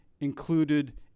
included